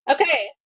Okay